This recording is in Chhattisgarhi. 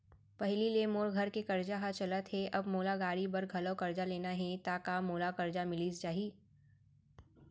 पहिली ले मोर घर के करजा ह चलत हे, अब मोला गाड़ी बर घलव करजा लेना हे ता का मोला करजा मिलिस जाही?